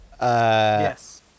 Yes